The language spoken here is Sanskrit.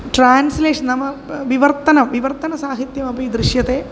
ट्रान्स्लेशन् नाम विवर्तनं विवर्तनसाहित्यमपि दृश्यते